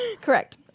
Correct